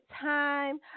time